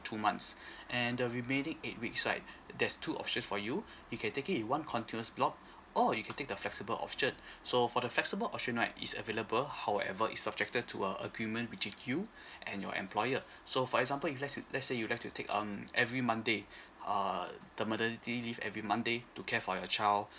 two months and the remaining eight weeks right there's two options for you you can take it in one continuous block or you can take the flexible option so for the flexible option right is available however it's subjected to a agreement between you and your employer so for example if let's say let's say you'll like to take um every monday err the maternity leave every monday to care for your child